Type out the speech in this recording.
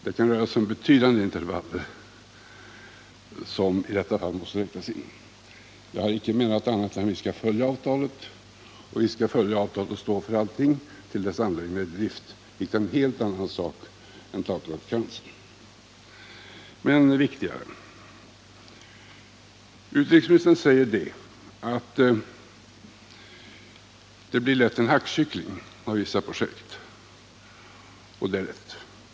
Det kan röra sig om betydande intervall, som i detta fall måste räknas in. Jag har icke menat annat än att vi skall följa avtalet och stå för allting tills anläggningen är i drift, vilket är en helt annan sak än taklagskransens påläggande. Men viktigare: Utrikesministern säger att det lätt blir en hackkyckling av vissa projekt — och det är rätt.